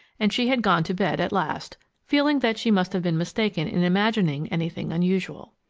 and she had gone to bed at last, feeling that she must have been mistaken in imagining anything unusual.